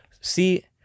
See